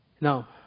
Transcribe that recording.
Now